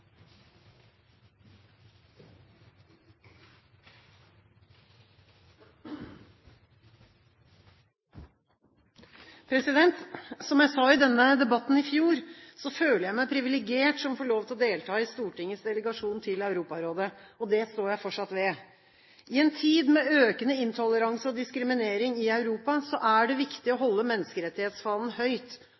Som jeg sa i denne debatten i fjor, føler jeg meg privilegert som får lov til å delta i Stortingets delegasjon til Europarådet. Det står jeg fortsatt ved. I en tid med økende intoleranse og diskriminering i Europa er det viktig å holde menneskerettighetsfanen høyt.